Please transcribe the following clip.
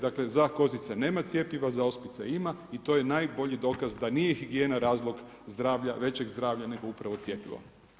Dakle, za kozice nema cjepiva, za ospice ima i to je najbolji dokaz da nije higijena razlog zdravlja, većeg zdravlja nego upravo cjepivo.